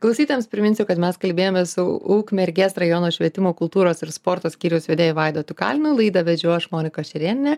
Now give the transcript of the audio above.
klausytojams priminsiu kad mes kalbėjomės su ukmergės rajono švietimo kultūros ir sporto skyriaus vedėju vaidotu kalinu laidą vedžiau aš monika šerėnienė